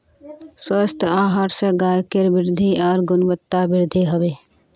स्वस्थ आहार स गायकेर वृद्धि आर गुणवत्तावृद्धि हबे